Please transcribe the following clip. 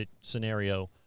scenario